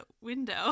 window